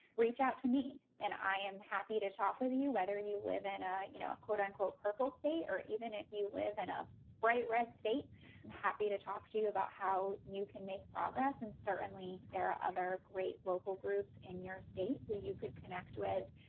reach out to me, and i am happy to talk with you, whether you live in a you know a quote-unquote purple state or even if you live in a bright red state, i'm happy to talk to you about how you can make progress, and certainly there are other great local groups in your state who you could connect with,